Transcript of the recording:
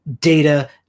data